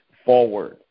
forward